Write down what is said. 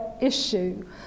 issue